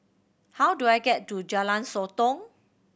how do I get to Jalan Sotong